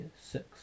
six